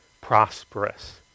prosperous